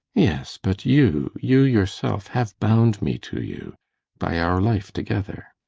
yes, but you, you yourself, have bound me to you by our life together.